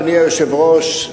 אדוני היושב-ראש,